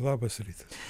labas rytas